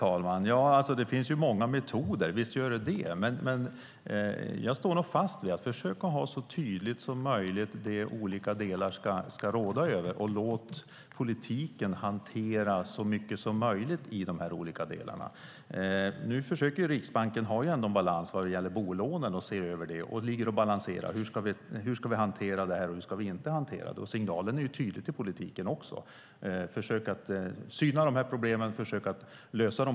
Herr talman! Det finns många metoder. Jag står dock fast vid att man ska försöka vara så tydlig som möjligt med vad olika delar ska råda över. Låt politiken hantera så mycket som möjligt i dessa olika delar. Nu försöker Riksbanken ha en balans när det gäller bolånen. Det handlar om en balansgång hur man ska hantera detta. Signalen till politiken är också tydlig: Försök syna de här problemen och lösa dem!